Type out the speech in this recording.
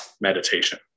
meditation